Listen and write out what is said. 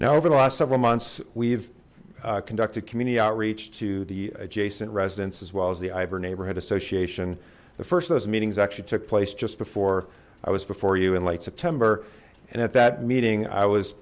now over the last several months we've conducted community outreach to the adjacent residents as well as the ivor neighborhood association the first those meetings actually took place just before i was before you in late september and at that meeting i was